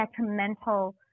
detrimental